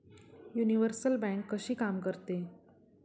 Universal bank कशी काम करते?